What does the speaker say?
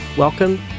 Welcome